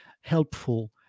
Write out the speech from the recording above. helpful